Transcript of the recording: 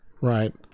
right